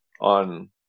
on